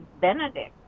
Benedict